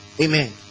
Amen